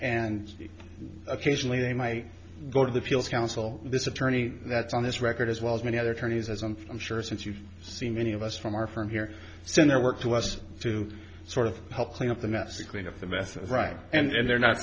and occasionally they might go to the field counsel this attorney that's on this record as well as many other attorneys as i'm sure since you've seen many of us from our firm here so their work to us to sort of help clean up the mess to clean up the mess is right and they're not